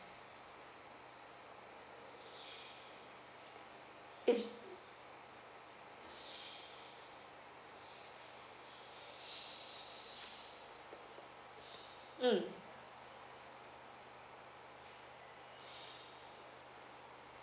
it's mm